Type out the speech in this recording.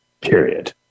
period